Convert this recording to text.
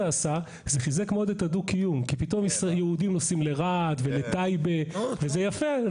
זה חיזק מאוד את הדו קיום כי פתאום יהודים נוסעים לרהט ולטייבה וזה יפה.